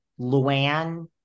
Luann